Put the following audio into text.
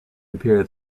appear